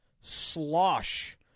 slosh